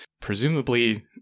presumably